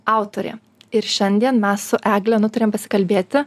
autorė ir šiandien mes su egle nutarėm pasikalbėti